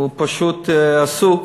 הוא פשוט עסוק,